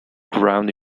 ground